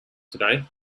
today